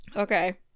Okay